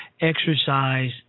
exercise